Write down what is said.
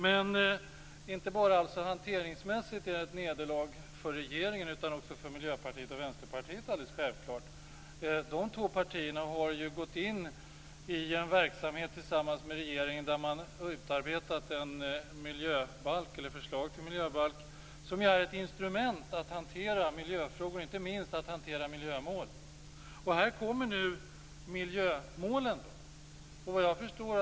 Men det är inte bara ett nederlag hanteringsmässigt för regeringen utan också för Miljöpartiet och Vänsterpartiet. Dessa två partier har ju gått in i ett samarbete med regeringen där man har utarbetat ett förslag till miljöbalk som är ett instrument att hantera miljöfrågor, inte minst när det gäller att hantera miljömål. Här anges nu miljömålen.